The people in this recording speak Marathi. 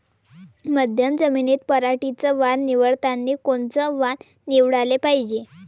मध्यम जमीनीत पराटीचं वान निवडतानी कोनचं वान निवडाले पायजे?